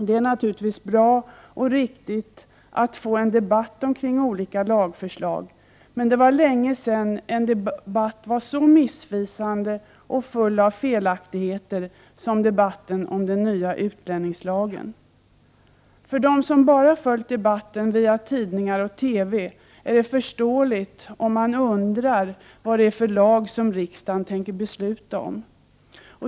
Det är naturligtvis bra och riktigt med en debatt omkring olika lagförslag, men det var länge sedan en debatt var så missvisande och full av felaktigheter som debatten om den nya utlänningslagen. Det är förståeligt om de som bara följt debatten via tidningar och TV undrar vad det är för lag som riksdagen tänker besluta om.